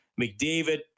McDavid